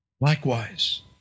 Likewise